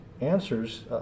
answers